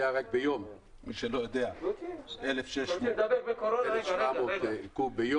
רק ביום היא מוציאה 1,700 קוב ביום